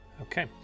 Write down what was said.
Okay